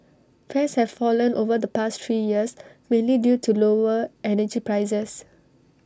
fares have fallen over the past three years mainly due to lower energy prices